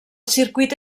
circuit